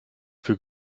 für